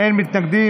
מי נגד?